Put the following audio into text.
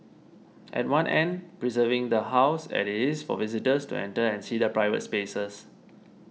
at one end preserving the House that is for visitors to enter and see the private spaces